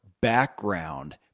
background